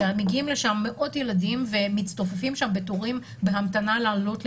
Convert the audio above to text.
שמגיעים לשם מאות ילדים ומצטופפים שם בתורים בהמתנה לעלות למתקנים.